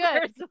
good